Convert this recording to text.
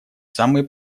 самые